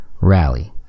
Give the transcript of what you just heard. rally